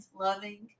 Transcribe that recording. loving